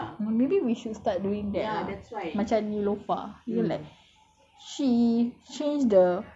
mmhmm maybe we should maybe we should start doing that lah macam neelofa you know like